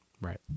Right